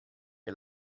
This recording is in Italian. che